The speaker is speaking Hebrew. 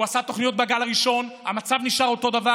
הוא עשה תוכניות בגל הראשון, המצב נשאר אותו דבר.